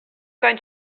going